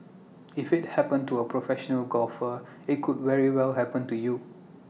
if IT happened to A professional golfer IT could very well happen to you